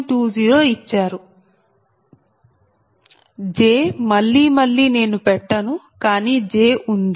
20 ఇచ్చారు j మళ్లీ మళ్లీ పెట్టను కానీ j ఉంది